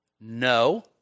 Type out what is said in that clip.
No